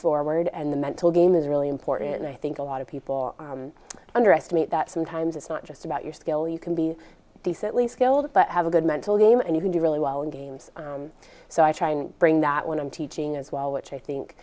forward and the mental game is really important and i think a lot of people underestimate that sometimes it's not just about your skill you can be decently skilled but have a good mental game and you can do really well in games so i try to bring that when i'm teaching as well which i think